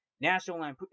National